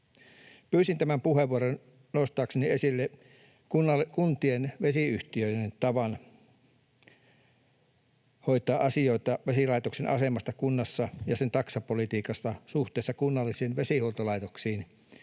Pyysin tämän puheenvuoron nostaakseni esille kuntien vesiyhtiöiden tavan hoitaa asioita, vesilaitoksen aseman kunnassa ja sen taksapolitiikan suhteessa kunnallisiin liikelaitoksiin.